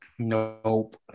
nope